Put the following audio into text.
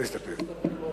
השר ביקש להסתפק בהודעה.